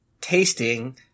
tasting